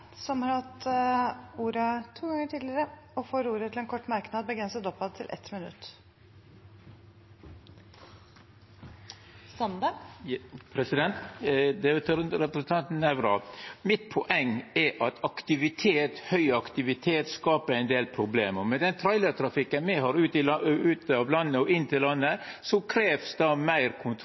har hatt ordet to ganger tidligere og får ordet til en kort merknad, begrenset til 1 minutt. Dette er til representanten Nævra. Mitt poeng er at høg aktivitet skapar ein del problem. Med den trailertrafikken me har ut av og inn til landet, krev det meir kontroll og meir pengar til